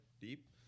deep